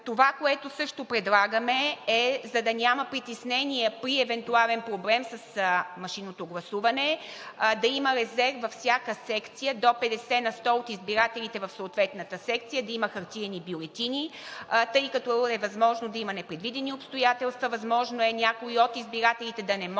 Това, което също предлагаме – за да няма притеснения при евентуален проблем с машинното гласуване, е да има резерв във всяка секция до 50 на сто от избирателите в съответната секция, да има хартиени бюлетини, тъй като е възможно да има непредвидени обстоятелства – възможно е някой от избирателите да не може да